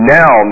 now